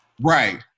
Right